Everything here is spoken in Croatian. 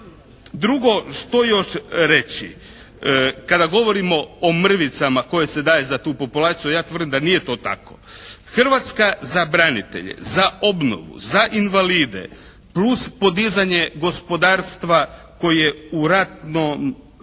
Drugo, što još reći? Kada govorimo o mrvicama koje se daje za tu populacija ja tvrdim da nije to tako. Hrvatska za branitelje, za obnovu, za invalide plus podizanje gospodarstva koji je u ratnom